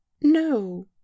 no